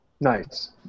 Nice